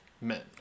men